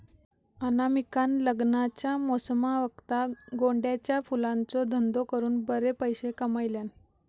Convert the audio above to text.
अनामिकान लग्नाच्या मोसमावक्ता गोंड्याच्या फुलांचो धंदो करून बरे पैशे कमयल्यान